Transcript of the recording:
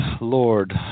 Lord